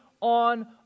on